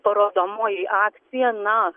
parodomoji akcija na